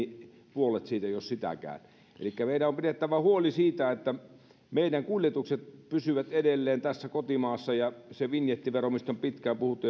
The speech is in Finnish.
puolet siitä jos sitäkään elikkä meidän on pidettävä huoli siitä että meidän kuljetuksemme pysyvät edelleen kotimaassa ja se vinjettivero josta on pitkään puhuttu